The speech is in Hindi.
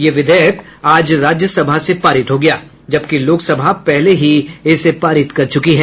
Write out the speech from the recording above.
ये विधेयक आज राज्यसभा से पारित हो गया जबकि लोकसभा पहले ही इसे पारित कर चुकी है